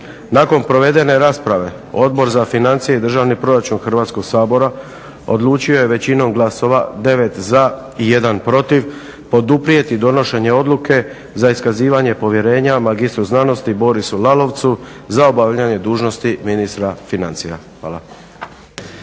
Nakon provedene rasprave, Odbor za financije i državni proračun Hrvatskog sabora odlučio je većinom glasova, 9 za i 1 protiv poduprijeti donošenje odluke za iskazivanje povjerenja magistru znanosti Borisu Lalovcu za obavljanje dužnosti ministra financija. Hvala.